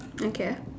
okay